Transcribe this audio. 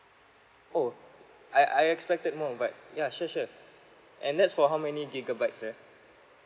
oh I I expected more but yeah sure sure and that's for how many gigabytes yeah